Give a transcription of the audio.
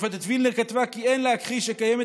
השופטת וילנר כתבה כי אין להכחיש שקיימת